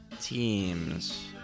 teams